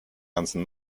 ganzen